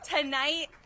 Tonight